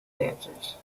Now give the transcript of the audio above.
dancers